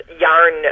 yarn